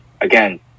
again